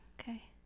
okay